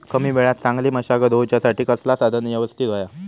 कमी वेळात चांगली मशागत होऊच्यासाठी कसला साधन यवस्तित होया?